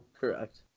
correct